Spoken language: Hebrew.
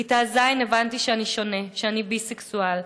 בכיתה ז' הבנתי שאני שונה, שאני ביסקסואל.